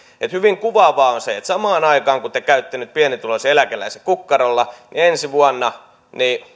hyvin kuvaavaa on se että samaan aikaan kun te käytte nyt pienituloisen eläkeläisen kukkarolla ensi vuonna